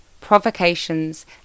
provocations